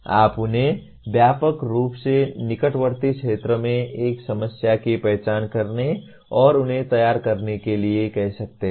आप उन्हें व्यापक रूप से निकटवर्ती क्षेत्र में एक समस्या की पहचान करने और उन्हें तैयार करने के लिए कह सकते हैं